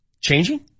changing